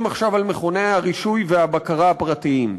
עכשיו על מכוני הרישוי והבקרה הפרטיים.